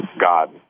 God